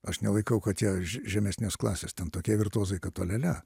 aš nelaikau kad jie že žemesnės klasės ten tokie virtuozai kad olia lia